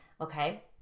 okay